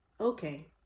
okay